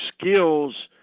skills